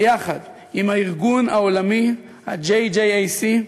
ביחד עם הארגון העולמי, ה-JJAC,